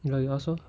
ya you ask orh